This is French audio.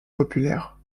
populaire